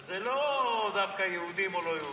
אז זה לא דווקא יהודים או לא יהודים.